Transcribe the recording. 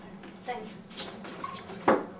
Thanks